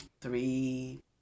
three